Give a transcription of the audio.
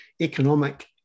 economic